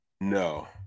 No